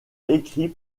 écrit